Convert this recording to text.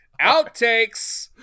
outtakes